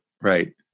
right